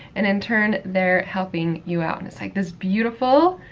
and in turn, they're helping you out, and it's like this beautiful,